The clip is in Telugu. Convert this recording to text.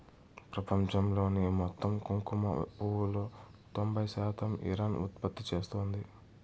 ప్రపంచంలోని మొత్తం కుంకుమ పువ్వులో తొంబై శాతం ఇరాన్ ఉత్పత్తి చేస్తాంది